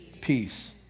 peace